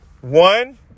One